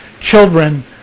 children